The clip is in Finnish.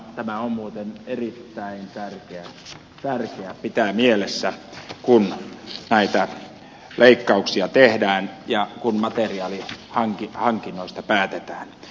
tämä on muuten erittäin tärkeää pitää mielessä kun näitä leikkauksia tehdään ja kun materiaalihankinnoista päätetään